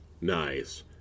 Nice